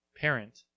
parent